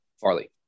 Farley